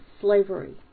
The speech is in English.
slavery